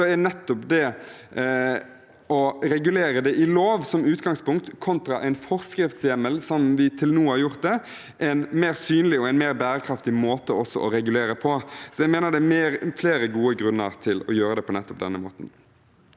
er nettopp det å regulere i lov som utgangspunkt – kontra en forskriftshjemmel, slik vi til nå har gjort det – en mer synlig og mer bærekraftig måte å regulere på. Jeg mener det er flere gode grunner til å gjøre det på nettopp denne måten.